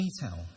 detail